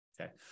Okay